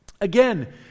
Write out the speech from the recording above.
Again